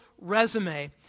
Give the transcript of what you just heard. resume